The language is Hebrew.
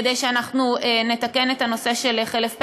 כדי שאנחנו נתקן את הנושא של חלף פטם,